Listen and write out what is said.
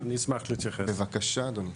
אני אשמח להתייחס בבקשה אדוני.